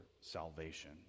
salvation